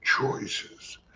choices